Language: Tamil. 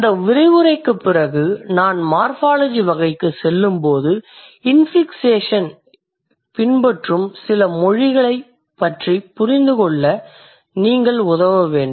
இந்த விரிவுரைக்குப் பிறகு நான் மார்ஃபாலஜி வகைக்குச் செல்லும்போது இன்ஃபிக்ஸேஷனை பின்பற்றும் சில மொழிகள் பற்றிப் புரிந்து கொள்ள நீங்கள் உதவ வேண்டும்